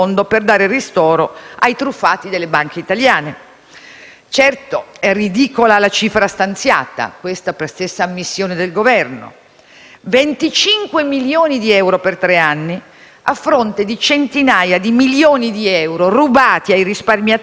Certo, è ridicola la cifra stanziata, per stessa ammissione del Governo: 25 milioni di euro per tre anni a fronte di centinaia di milioni di euro rubati ai risparmiatori dalle banche prima del loro fallimento.